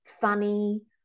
funny